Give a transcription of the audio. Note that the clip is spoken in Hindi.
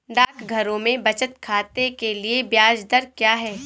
डाकघरों में बचत खाते के लिए ब्याज दर क्या है?